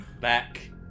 back